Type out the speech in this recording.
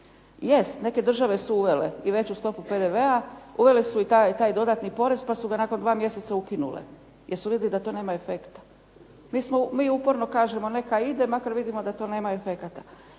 Jest, neke države su uvele i veću stopu PDV-a, uvele su i taj dodatni porez, pa su ga nakon 2 mjeseca ukinule, jer su vidjeli da to nema efekta. Mi uporno kažemo neka ide, makar vidimo da to nema efekata.